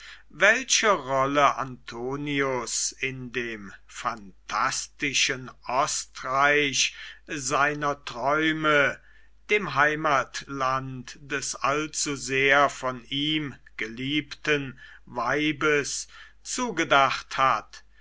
welche rolle antonius in dem phantastischen ostreich seiner träume dem heimatland des allzu sehr von ihm geliebten weibes zugedacht hat